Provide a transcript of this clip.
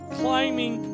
climbing